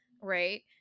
Right